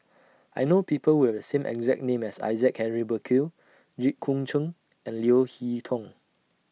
I know People Who Have The same exact name as Isaac Henry Burkill Jit Koon Ch'ng and Leo Hee Tong